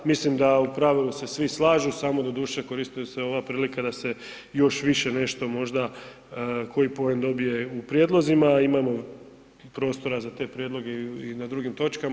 Mislim da u pravilu se svi slažu samo doduše koristi se ova prilika da se još više nešto možda koji poen dobije u prijedlozima, a imamo prostora za te prijedloge i na drugim točkama.